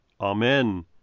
Amen